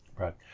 Right